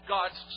God's